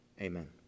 Amen